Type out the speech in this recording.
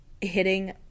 hitting